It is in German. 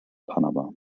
panama